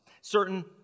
certain